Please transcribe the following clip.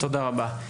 תודה רבה.